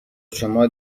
شما